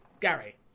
Gary